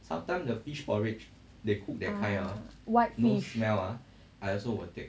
ah white fish